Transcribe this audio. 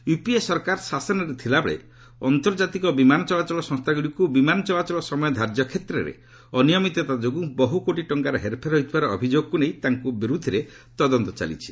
UPA ସରକାର ଶାସନରେ ଥିଲାବେଳେ ଆନ୍ତର୍ଜାତିକ ବିମାନ ଚଳାଚଳ ସଂସ୍ଥାଗୁଡ଼ିକୁ ବିମାନ ଚଳାଚଳ ସମୟ ଧାର୍ଯ୍ୟ କ୍ଷେତ୍ରରେ ଅନିୟମିତତା ଯୋଗୁଁ ବହୁ କୋଟି ଟଙ୍କାର ହେର୍ଫେର୍ ହୋଇଥିବାର ଅଭିଯୋଗକୁ ନେଇ ତାଙ୍କ ବିରୁଦ୍ଧରେ ତଦନ୍ତ ଚାଲିଛି